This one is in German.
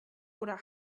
oder